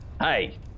Hey